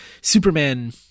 Superman